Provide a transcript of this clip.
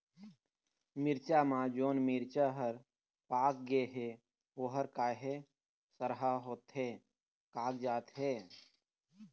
मिरचा म जोन मिरचा हर पाक गे हे ओहर काहे सरहा होथे कागजात हे?